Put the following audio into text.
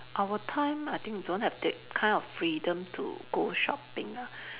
our time I think we don't have that kind of freedom to go shopping ah